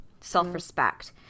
self-respect